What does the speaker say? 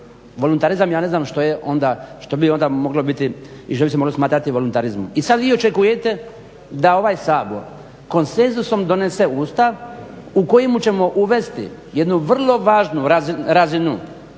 onda moglo biti i što bi se moglo smatrati voluntarizmom. I sad vi očekujete da ovaj Sabor konsenzusom donese Ustav u kojemu ćemo uvesti jednu vrlo važnu razinu